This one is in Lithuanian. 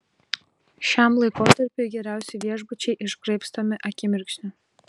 šiam laikotarpiui geriausi viešbučiai išgraibstomi akimirksniu